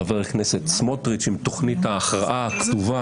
חבר הכנסת סמוטריץ', עם תוכנית ההכרעה הכתובה.